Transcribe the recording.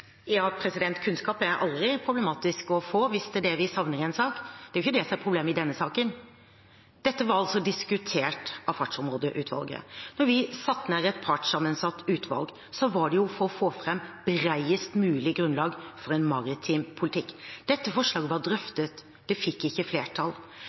Kunnskap er aldri problematisk å få, hvis det er det vi savner i en sak. Det er ikke det som er problemet i denne saken. Dette er altså diskutert av Fartsområdeutvalget. Da vi satte ned et partssammensatt utvalg, var jo det for å få fram bredest mulig grunnlag for en maritim politikk. Dette forslaget